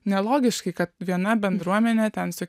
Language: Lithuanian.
nelogiškai kad viena bendruomenė ten su